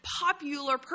popular